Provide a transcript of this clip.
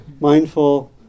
mindful